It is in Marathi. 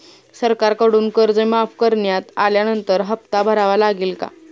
सरकारकडून कर्ज माफ करण्यात आल्यानंतर हप्ता भरावा लागेल का?